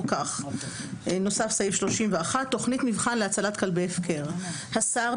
כך: "תוכנית מבחן להצלת כלבי הפקר 31. (א)השר,